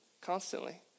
constantly